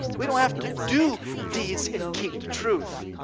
we don't have to do deeds and keep the truth,